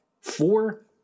four